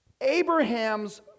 Abraham's